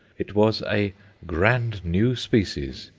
it was a grand new species,